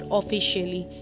officially